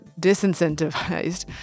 disincentivized